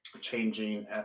changing